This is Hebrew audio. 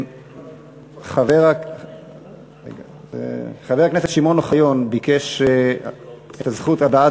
חבר הכנסת שמעון אוחיון ביקש זכות הבעת